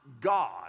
God